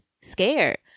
scared